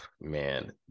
man